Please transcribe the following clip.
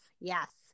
yes